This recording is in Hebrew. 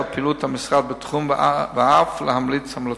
פעילות המשרד בתחום ואף להמליץ המלצות.